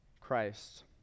Christ